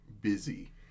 busy